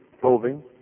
Clothing